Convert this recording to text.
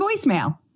voicemail